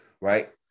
right